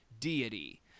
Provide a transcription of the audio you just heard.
deity